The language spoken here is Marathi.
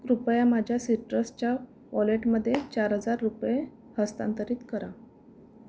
कृपया माझ्या सिट्रसच्या वॉलेटमध्ये चार हजार रुपये हस्तांतरित करा